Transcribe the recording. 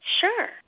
sure